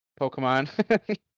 Pokemon